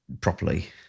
properly